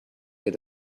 get